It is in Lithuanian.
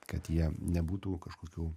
kad jie nebūtų kažkokių